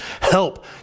help